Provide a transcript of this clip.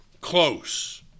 close